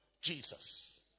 Jesus